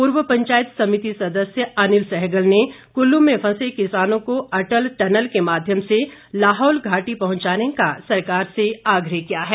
पूर्व पंचायत समिति सदस्य अनिल सहगल ने कुल्लू में फंसे किसानों को अटल टनल के माध्यम से लाहौल घाटी पहुंचाने का सरकार से आग्रह किया है